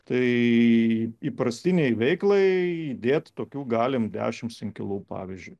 tai įprastinei veiklai įdėt tokių galim dešimt inkilų pavyzdžiui